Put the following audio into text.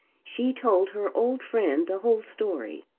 she told her old friend the whole story.